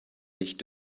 nicht